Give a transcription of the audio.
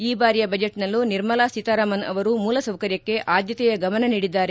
ಈ ಬಾರಿಯ ಬಜೆಟ್ನಲ್ಲೂ ನಿರ್ಮಲಾ ಸೀತಾರಾಮನ್ ಅವರು ಮೂಲಸೌಕರ್ಯಕ್ಕೆ ಆದ್ಯತೆಯ ಗಮನ ನೀಡಿದ್ದಾರೆ